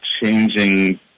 changing